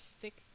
thick